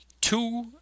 two